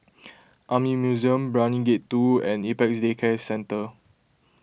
Army Museum Brani Gate two and Apex Day Care Centre